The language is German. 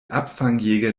abfangjäger